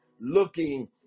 looking